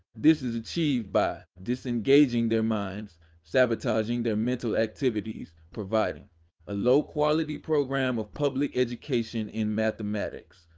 this is achieved by disengaging their minds sabotaging their mental activities providing a low quality program of public education in mathematics,